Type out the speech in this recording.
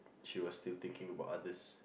she was still thinking about others